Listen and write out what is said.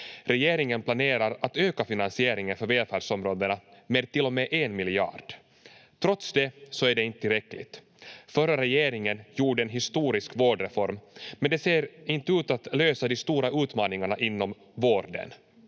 Regeringen planerar att öka finansieringen för välfärdsområdena med till och med en miljard. Trots det är det inte tillräckligt. Den förra regeringen gjorde en historisk vårdreform, men det ser inte ut att lösa de stora utmaningarna inom vården,